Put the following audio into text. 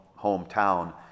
hometown